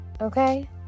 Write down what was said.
Okay